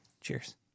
Cheers